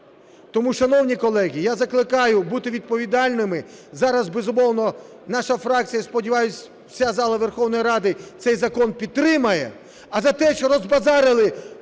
Тому, шановні колеги, я закликаю бути відповідальними. Зараз, безумовно, наша фракція, сподіваюся, вся зала Верховної Ради цей закон підтримає. А за те, що розбазарили